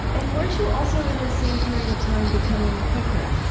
and weren't you also, in this same period of time, becoming quaker?